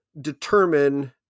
determine